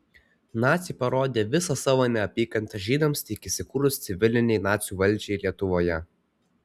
naciai parodė visą savo neapykantą žydams tik įsikūrus civilinei nacių valdžiai lietuvoje